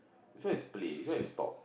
this one is play this one is stop